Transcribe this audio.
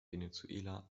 venezuela